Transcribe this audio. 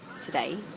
today